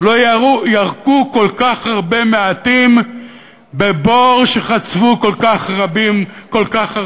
לא ירקו מעטים כל כך בבור שחצבו רבים כל כך,